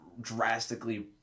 drastically